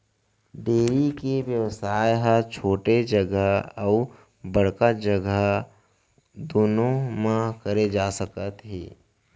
dairy के बेवसाय ह छोटे जघा अउ बड़का जघा दुनों म करे जा सकत हे